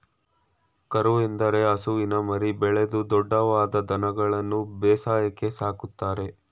ಕರು ಎಂದರೆ ಹಸುವಿನ ಮರಿ, ಬೆಳೆದು ದೊಡ್ದವಾದ ದನಗಳನ್ಗನು ಬೇಸಾಯಕ್ಕೆ ಸಾಕ್ತರೆ